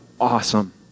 awesome